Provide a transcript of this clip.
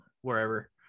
wherever